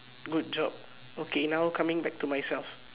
good job okay now coming back to myself